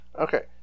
Okay